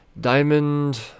Diamond